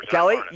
Kelly